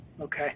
Okay